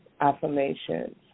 affirmations